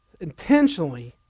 intentionally